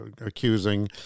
accusing